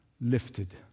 lifted